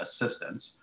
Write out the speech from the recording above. assistance